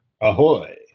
Ahoy